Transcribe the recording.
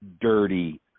dirty